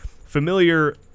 familiar